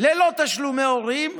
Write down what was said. ללא תשלומי הורים.